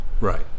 Right